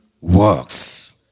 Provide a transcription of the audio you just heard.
works